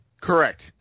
Correct